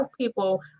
people